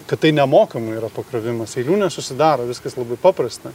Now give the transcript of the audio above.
kad tai nemokamai yra pakrovimas eilių nesusidaro viskas labai paprasta